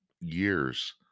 years